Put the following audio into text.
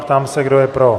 Ptám se, kdo je pro.